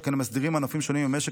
שכן הם מסדירים ענפים שונים במשק,